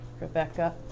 Rebecca